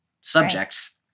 subjects